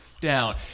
down